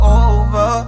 over